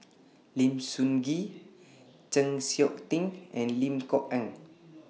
Lim Sun Gee Chng Seok Tin and Lim Kok Ann